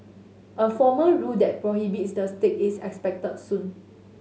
a formal rule that prohibits the stick is expected soon